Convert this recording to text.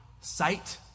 sight